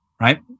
right